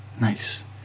Nice